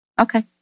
Okay